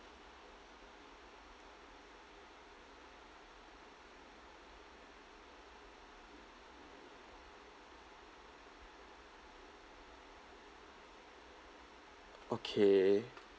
okay